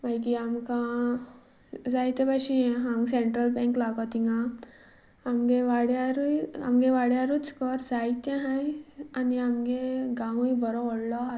मागीर आमकां जायते भशेन हें आसा सेंट्रल बँक लागता हांगा आमच्या वाड्यारूय आमच्या वाड्यारूच घर जायतीं आसात आनी आमचो गांवूय बरो व्हडलो आसा तो